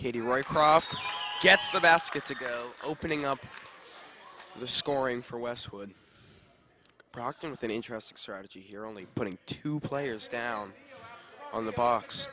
katie right more often gets the baskets ago opening up the scoring for westwood proctor with an interesting strategy here only putting two players down on the box